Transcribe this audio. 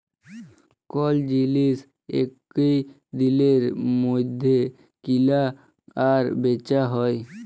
call জিলিস একই দিলের মইধ্যে কিলা আর বিচা হ্যয়